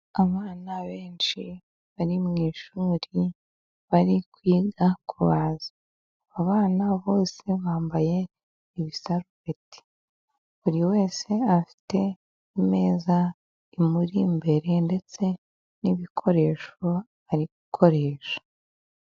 Abana benshi bari mu ishuri bari kwiga kubaza . Abana bose bambaye ibisabeti buri wese afite ameza amuri imbere ,ndetse n'ibikoresho ari gukoresha.